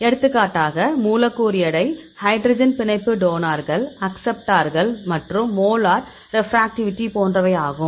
எடுத்துக்காட்டாக மூலக்கூறு எடை ஹைட்ரஜன் பிணைப்பு டோனார்கள் அக்சப்ட்டார்கள் மற்றும் மோலார் ரெப்ராக்டிவிட்டி போன்றவையாகும்